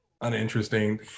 uninteresting